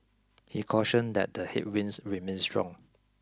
he cautioned that the headwinds remain strong